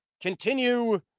continue